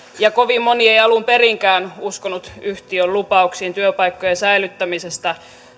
ja kovin moni ei alun perinkään uskonut yhtiön lupauksiin työpaikkojen säilyttämisestä